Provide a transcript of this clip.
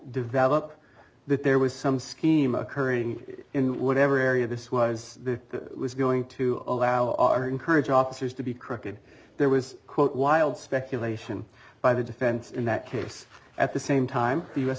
develop that there was some scheme occurring in whatever area this was the was going to allow our encourage officers to be crooked there was quote wild speculation by the defense in that case at the same time the u